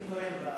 אני תורם לקופת